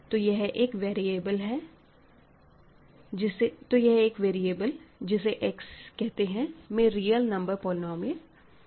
तो यह एक वेरिएबल जिसे X कहते हैं में रियल नंबर पॉलिनॉमियल्स हैं